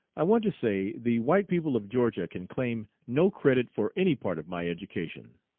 i want to say the white people of georgia can claim no credit for any part of my education.